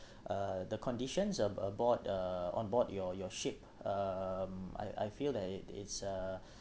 uh the conditions uh aboard uh onboard your your ship um I I feel like it's uh